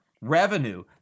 revenue